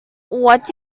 what